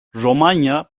romanya